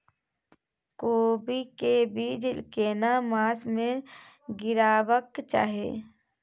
कोबी के बीज केना मास में गीरावक चाही?